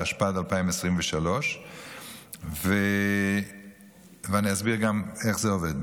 התשפ"ד 2023. אני אסביר גם איך זה עובד.